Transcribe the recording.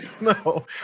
No